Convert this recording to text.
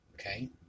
Okay